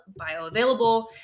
bioavailable